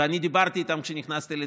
ואני דיברתי איתם כשנכנסתי לתפקיד.